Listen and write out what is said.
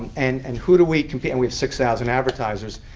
and and who do we compete and we have six thousand advertisers.